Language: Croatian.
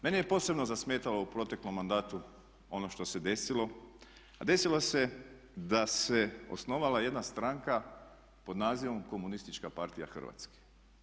Meni je posebno zasmetalo u proteklom mandatu ono što se desilo, a desilo se da se osnovala jedna stranka pod nazivom Komunistička partija Hrvatske.